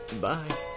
Bye